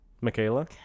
Michaela